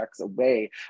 away